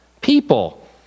People